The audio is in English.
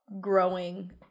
growing